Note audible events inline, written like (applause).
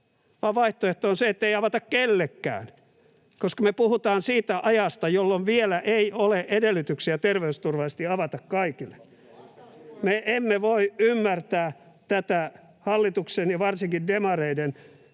vaihtoehto on se, että ei avata kellekään, koska me puhutaan siitä ajasta, jolloin vielä ei ole edellytyksiä terveysturvallisesti avata kaikille. (noise) Me emme voi ymmärtää tätä hallituksen, varsinkin demareiden,